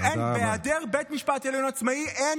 ובהיעדר בית משפט עליון עצמאי אין